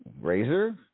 Razor